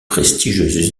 prestigieuses